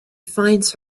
finds